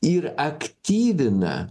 ir aktyvina